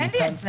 זה